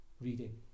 reading